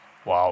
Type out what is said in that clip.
Wow